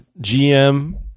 GM